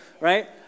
right